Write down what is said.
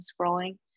scrolling